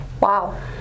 Wow